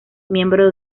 miembro